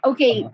Okay